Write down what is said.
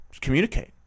communicate